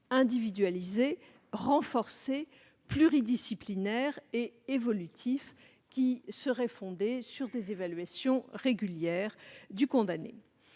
individualisé, renforcé, pluridisciplinaire et évolutif fondé sur des évaluations régulières du condamné.